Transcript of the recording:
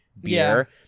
Beer